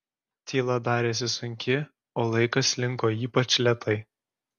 tyla darėsi sunki o laikas slinko ypač lėtai